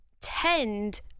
tend